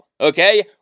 okay